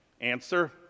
Answer